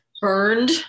burned